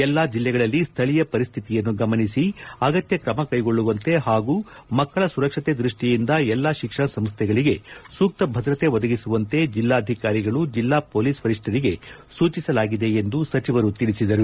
ಎಲ್ಲಾ ಜಿಲ್ಲೆಗಳಲ್ಲಿ ಸ್ಟೀಯ ಪರಿಸ್ಟಿತಿಯನ್ನು ಗಮನಿಸಿ ಅಗತ್ಯ ತ್ರಮ ಕೈಗೊಳ್ಳುವಂತೆ ಹಾಗೂ ಮಕ್ಕಳ ಸುರಕ್ಷತೆ ದೃಷ್ಠಿಯಿಂದ ಎಲ್ಲಾ ಶಿಕ್ಷಣ ಸಂಸ್ಥೆಗಳಿಗೆ ಸೂಕ್ತ ಭದ್ರತೆ ಒದಗಿಸುವಂತೆ ಜಿಲ್ಲಾಧಿಕಾರಿಗಳು ಜಿಲ್ಲಾಹೊಲೀಸ್ ವರಿಷ್ಠರಿಗೆ ಸೂಚಿಸಲಾಗಿದೆ ಎಂದು ಸಚಿವರು ತಿಳಿಸಿದರು